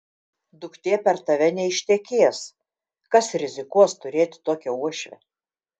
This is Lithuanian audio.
duktė per tave neištekės kas rizikuos turėti tokią uošvę